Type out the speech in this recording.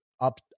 up